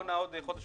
הקורונה עוד חודש,